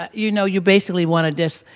ah you know, you basically wanted this,